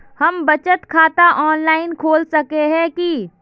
हम बचत खाता ऑनलाइन खोल सके है की?